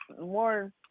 more